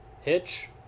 Hitch